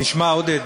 תשמע, עודד,